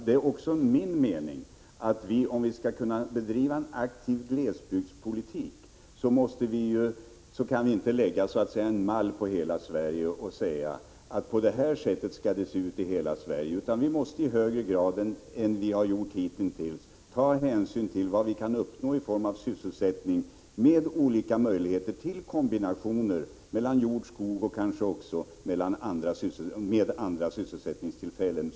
Det är också min mening att vi, om vi skall kunna bedriva en aktiv glesbygdspolitik, inte kan lägga en mall över hela Sverige och säga att så här skall det se ut i hela landet. Vi måste i stället i högre grad än hittills ta hänsyn till vad vi kan uppnå i form av sysselsättning med olika möjligheter till kombinationer mellan jordoch skogsbruk och kanske även andra sysselsättningstillfällen.